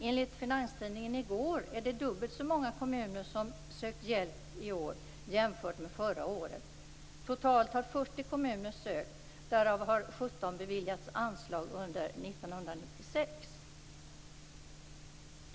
Enligt Finans Tidningen i går är det dubbelt så många kommuner som sökt hjälp i år jämfört med förra året. Totalt har 40 kommuner sökt, och därav har 17 beviljats anslag under 1996.